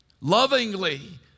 lovingly